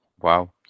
Wow